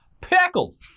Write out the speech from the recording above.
Pickles